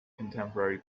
contemporary